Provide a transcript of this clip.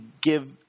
give